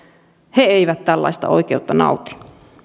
he eivät tällaista oikeutta nauti